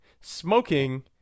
smoking